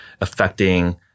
affecting